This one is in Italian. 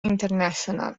international